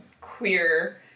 queer